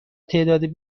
تعداد